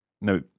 Now